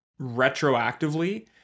retroactively